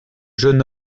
jeune